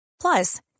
Plus